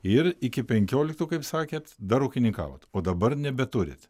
ir iki penkioliktų kaip sakėt dar ūkininkavot o dabar nebeturit